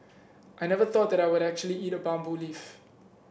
I never thought that I would actually eat a bamboo leaf